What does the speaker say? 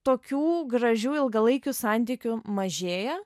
tokių gražių ilgalaikių santykių mažėja